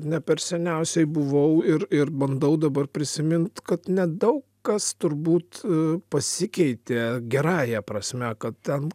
ne per seniausiai buvau ir ir bandau dabar prisimint kad nedaug kas turbūt pasikeitė geraja prasme kad ten